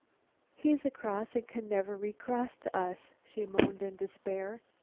he's across and can never recross to us, she moaned in despair.